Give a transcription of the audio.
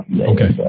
Okay